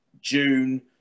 June